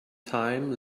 time